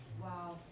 wow